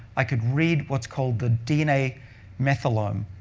i could read what's called the dna methylome.